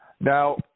Now